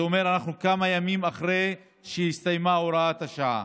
זה אומר שאנחנו כמה ימים אחרי שהסתיימה הוראת השעה.